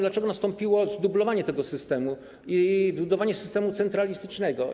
Dlaczego nastąpiło zdublowanie tego systemu i budowanie systemu centralistycznego?